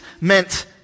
meant